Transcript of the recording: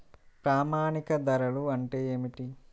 ప్రామాణిక ధరలు అంటే ఏమిటీ?